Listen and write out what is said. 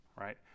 right